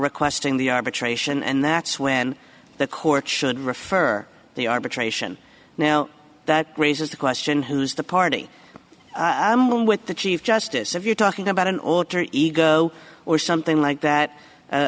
requesting the arbitration and that's when the court should refer the arbitration now that raises the question who's the party i am with the chief justice if you're talking about an alter ego or something like that